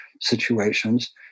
situations